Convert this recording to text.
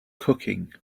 cooking